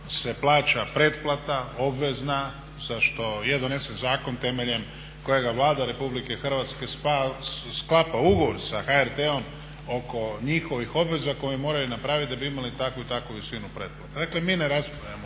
se plaća pretplata obvezna, zašto je donesen zakon temeljem kojeg Vlada Republike Hrvatske sklapa ugovor sa HRT-om oko njihovih obveza koje moraju napraviti da bi imali takvu i takvu visinu pretplate. Dakle, mi ne raspravljamo